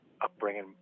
upbringing